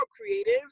creative